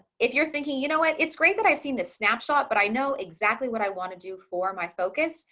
if you're thinking, you know, and it's great that i've seen this snapshot, but i know exactly what i want to do for my focus,